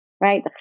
right